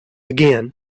again